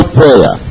prayer